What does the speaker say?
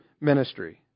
ministry